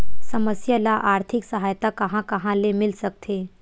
समस्या ल आर्थिक सहायता कहां कहा ले मिल सकथे?